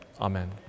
Amen